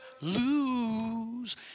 lose